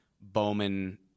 Bowman